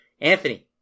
Anthony